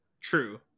True